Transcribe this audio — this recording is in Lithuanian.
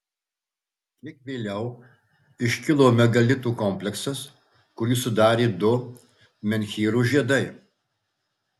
kiek vėliau iškilo megalitų kompleksas kurį sudarė du menhyrų žiedai